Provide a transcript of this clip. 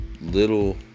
little